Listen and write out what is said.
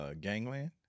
gangland